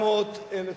700,000 יהודים.